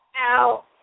Ow